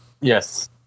Yes